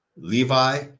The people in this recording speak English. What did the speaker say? levi